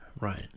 right